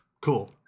Cool